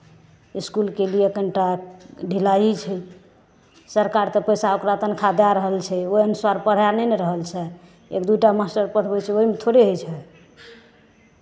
इसकुलके लिए कनि टा ढिलाइ छै सरकार तऽ पैसा ओकरा तनख्वाह दए रहल छै ओहि अनुसार पढ़ाए नहि ने रहल छै एक दू टा मास्टर पढ़बै छै ओहिमे थोड़े होइ छै